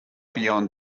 beyond